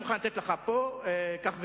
אני מוכן לתת לך כך וכך,